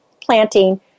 planting